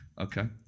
Okay